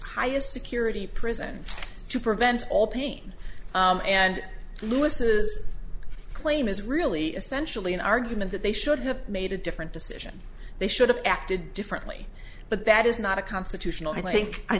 highest security prison to prevent all pain and lewis's claim is really essentially an argument that they should have made a different decision they should have acted differently but that is not a constitutional